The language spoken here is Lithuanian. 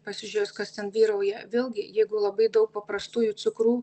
pasižiūrėjus kas ten vyrauja vėlgi jeigu labai daug paprastųjų cukrų